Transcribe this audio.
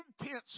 intense